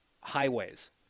highways